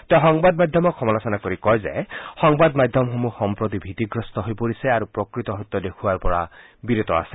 তেওঁ সংবাদমাধ্যমক সমালোচনা কৰি কয় যে সংবাদ মাধ্যমসমূহ সম্প্ৰতি ভীতিগ্ৰস্ত হৈ পৰিছে আৰু প্ৰকৃত সত্য দেখুওৱাৰ পৰা বিৰত আছে